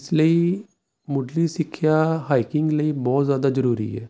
ਇਸ ਲਈ ਮੁੱਢਲੀ ਸਿੱਖਿਆ ਹਾਈਕਿੰਗ ਲਈ ਬਹੁਤ ਜ਼ਿਆਦਾ ਜ਼ਰੂਰੀ ਹੈ